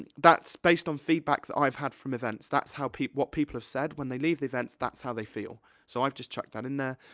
and that's based on feedback that i've had from events. that's how people, what people have said, when they leave events, that's how they feel. so i've just chucked that in there.